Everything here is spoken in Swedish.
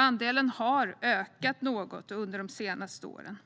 Andelen har ökat något under de senaste åren,